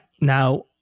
now